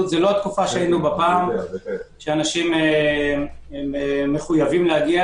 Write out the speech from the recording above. - זה לא התקופה שהיינו בה פעם שאנשים מחויבים להגיע.